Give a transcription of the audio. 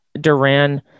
Duran